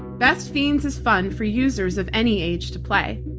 best fiends is fun for users of any age to play.